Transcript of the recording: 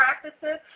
practices